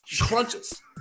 crunches